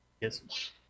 Yes